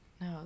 No